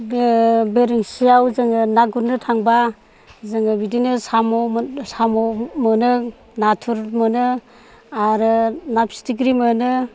बेरेनसियाव जों ना गुरनो थांब्ला जों बिदिनो साम' साम' मोनो नाथुर मोनो आरो ना फिथिख्रि मोनो